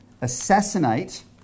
assassinate